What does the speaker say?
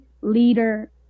leader